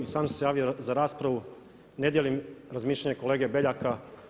I sam sam se javio za raspravu, ne dijelim mišljenje kolege Beljaka.